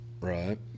Right